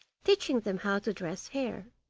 teaching them how to dress hair.